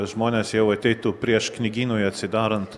žmonės jau ateitų prieš knygynui atsidarant